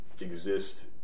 exist